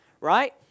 right